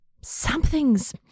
Something's